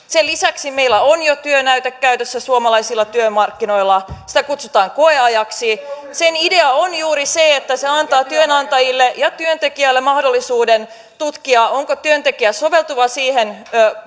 sen lisäksi meillä on jo työnäyte käytössä suomalaisilla työmarkkinoilla sitä kutsutaan koeajaksi sen idea on juuri se että se antaa työnantajalle ja työntekijälle mahdollisuuden tutkia onko työntekijä soveltuva siihen